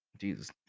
Jesus